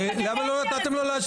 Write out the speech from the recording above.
מה קורה?